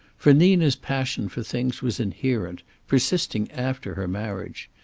for nina's passion for things was inherent, persisting after her marriage.